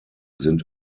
sind